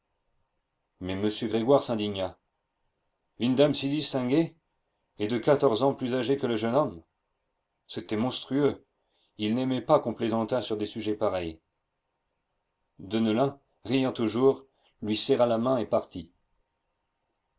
mais m grégoire s'indigna une dame si distinguée et de quatorze ans plus âgée que le jeune homme c'était monstrueux il n'aimait pas qu'on plaisantât sur des sujets pareils deneulin riant toujours lui serra la main et partit